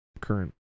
Current